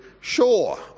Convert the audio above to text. sure